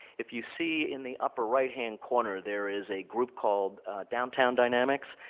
if you see in the upper right-hand corner there is a group called downtown dynamics,